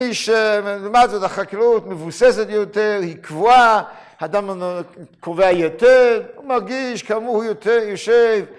‫מי שילמד את החקלאות, ‫מבוססת יותר, היא קבועה, ‫האדם קובע יותר, ‫הוא מרגיש כאמור יותר יושב.